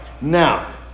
Now